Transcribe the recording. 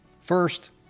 First